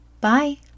Bye